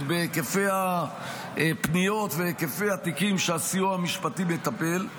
בהיקפי הפניות ובהיקפי התיקים שהסיוע המשפטי מטפל בהם,